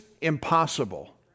impossible